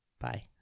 Bye